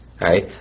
right